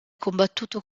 combattuto